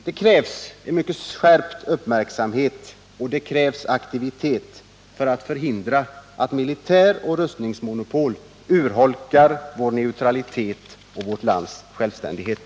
Det krävs en mycket skärpt uppmärksamhet och aktivitet för att hindra att militär och rustningsmonopol urholkar vår neutralitet och vårt lands självständighet.